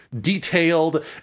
detailed